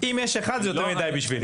אם יש אחד זה יותר מדיי בשבילי.